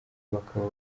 bakaba